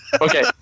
Okay